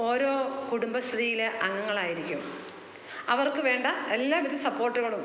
ഓരോ കുടുംബശ്രീയിൽ അംഗങ്ങളായിരിക്കും അവർക്ക് വേണ്ട എല്ലാവിധ സപ്പോർട്ടുകളും